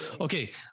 Okay